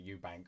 Eubank